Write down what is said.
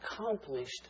accomplished